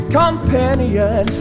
companion